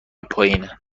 پایینه